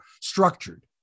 structured